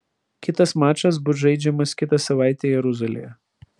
kitas mačas bus žaidžiamas kitą savaitę jeruzalėje